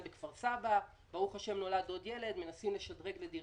אם לדבר על לקנות